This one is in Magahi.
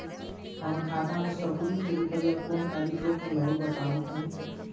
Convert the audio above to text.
हमर खाता में सकलू से रूपया कोन तारीक के अलऊह बताहु त तनिक?